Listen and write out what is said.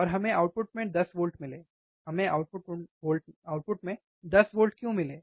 और हमें आउटपुट में 10 वोल्ट मिले हमें आउटपुट में 10 वोल्ट क्यों मिले